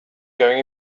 going